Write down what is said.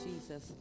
Jesus